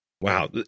Wow